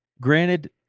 granted